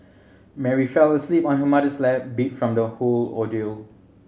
Mary fell asleep on her mother's lap beat from the whole ordeal